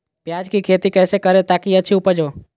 प्याज की खेती कैसे करें ताकि अच्छी उपज हो?